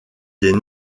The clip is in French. des